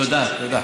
תודה, תודה.